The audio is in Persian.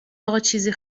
آقاچیزی